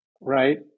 right